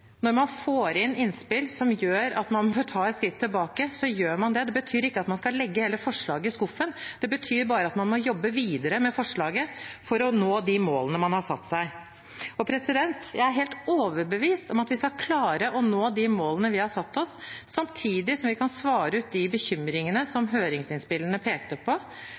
Når man får innspill som gjør at man bør ta et skritt tilbake, så gjør man det. Det betyr ikke at man skal legge hele forslaget i skuffen. Det betyr bare at man må jobbe videre med forslaget for å nå de målene man har satt seg. Jeg er helt overbevist om at vi skal klare å nå de målene vi har satt oss, samtidig som vi kan svare ut de bekymringene som høringsinnspillene pekte på